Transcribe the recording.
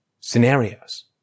scenarios